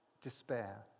despair